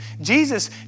Jesus